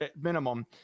minimum